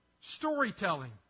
Storytelling